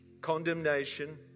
condemnation